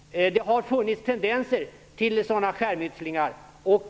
Det har funnits tendenser till sådana skärmytslingar.